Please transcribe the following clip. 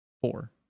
Four